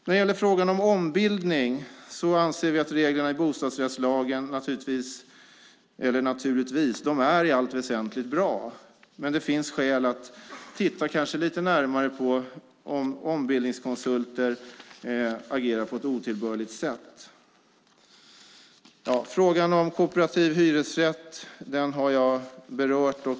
När det gäller frågan om ombildning anser vi att reglerna i bostadsrättslagen är i allt väsentligt bra. Men det finns skäl att kanske titta lite närmare på om ombildningskonsulter agerar på ett otillbörligt sätt. Frågan om kooperativ hyresrätt har jag berört.